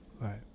Right